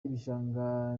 ibishanga